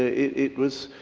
it was